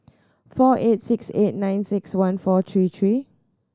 four eight six eight nine six one four three three